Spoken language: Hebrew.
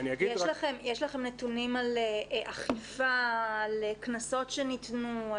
יש לכם נתונים על אכיפה, על קנסות שניתנו,